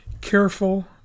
Careful